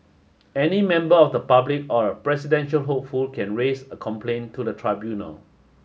any member of the public or a presidential hopeful can raise a complaint to the tribunal